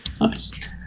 Nice